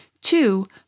Two